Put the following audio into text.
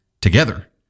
together